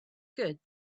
good